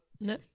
No